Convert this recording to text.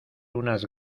unas